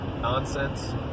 nonsense